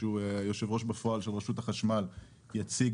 שהוא היו"ר בפועל של רשות החשמל יציג